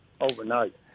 overnight